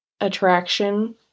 attraction